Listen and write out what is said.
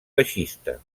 baixista